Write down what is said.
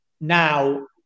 now